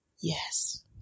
Yes